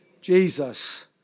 Jesus